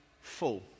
full